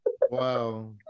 Wow